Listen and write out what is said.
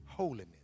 Holiness